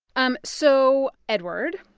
um so eduard.